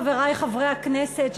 חברי חברי הכנסת,